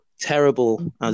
terrible